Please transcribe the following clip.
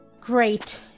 Great